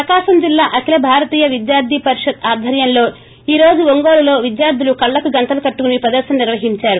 ప్రకాశం జిల్లా అఖిల భారతీయ విద్యార్గి పరిషత్ ఆధ్వర్యంలో ఈ రోజు ఒంగోలులో విద్యార్గులు కళ్లకు గంతలు కట్టుకుని ప్రదర్భన నిర్వహించారు